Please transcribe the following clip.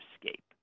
escape